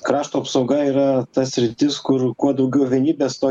krašto apsauga yra ta sritis kur kuo daugiau vienybės tuo